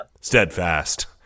steadfast